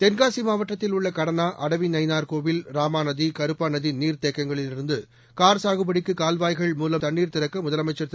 தென்காசி மாவட்டத்தில் உள்ள கடனா அடவி நயினார்கோவில் ராமாநதி கருப்பாநதி நீர்த்தேக்கங்களிலிருந்து கார் சாகுபடிக்கு கால்வாய்கள் மூலம் தண்ணீர் திறக்க முதலமைச்சர் திரு